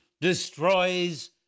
destroys